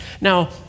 Now